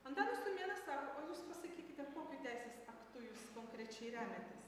antanas tumėnas sako o jūs pasakykite kokiu teisės aktu jūs konkrečiai remiatės